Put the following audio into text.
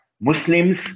Muslims